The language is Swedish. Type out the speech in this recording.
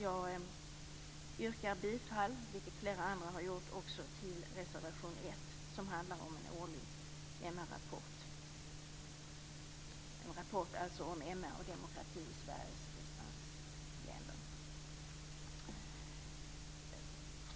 Jag yrkar bifall, vilket flera andra också har gjort, till reservation 1, som handlar om en årlig rapport om